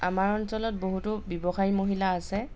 আমাৰ অঞ্চলত বহুতো ব্যৱসায়ী মহিলা আছে